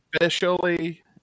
officially